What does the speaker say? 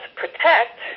protect